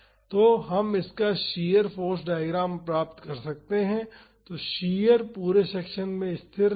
तो हम इसका शियर फाॅर्स डायग्राम प्राप्त कर सकते हैं तो शियर पूरे सेक्शन में स्थिर रहेगा